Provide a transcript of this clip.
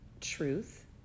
truth